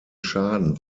schaden